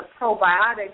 probiotics